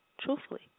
truthfully